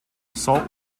salt